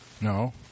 no